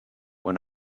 when